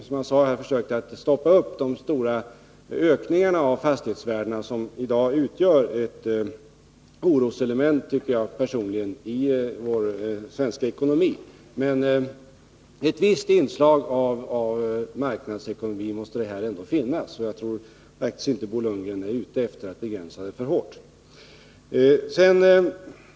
Som jag sade har vi försökt stoppa de stora ökningarna av fastighetsvärdena, som jag personligen tycker i dag utgör ett oroselement i vår svenska ekonomi. Men ett visst inslag av marknadsekonomi måste det här ändå finnas. Jag tror faktiskt inte heller att Bo Lundgren är ute efter att begränsa det inslaget för hårt.